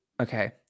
Okay